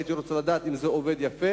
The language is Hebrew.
הייתי רוצה לדעת אם זה עובד יפה.